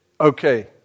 Okay